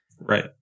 Right